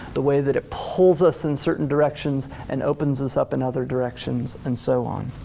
the way that it pulls us in certain directions and opens us up in other directions and so on.